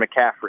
McCaffrey